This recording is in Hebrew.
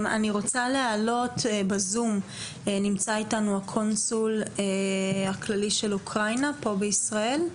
אני רוצה להעלות ב-זום את הקונסול הכללי של אוקראינה בישראל.